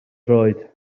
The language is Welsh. droed